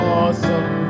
awesome